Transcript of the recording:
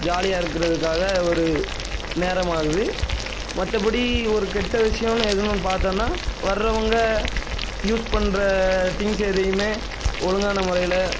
ஜாலியாக இருக்கிறதுக்காக ஒரு நேரம் ஆகுது மற்றபடி ஒரு கெட்ட விஷயோன்னு எதுன்னு பார்த்தோம்னா வர்றவுங்க யூஸ் பண்ணுற திங்ஸ் எதையுமே ஒழுங்கான முறையில்